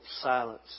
silence